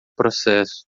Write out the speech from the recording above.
processo